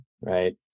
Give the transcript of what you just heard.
Right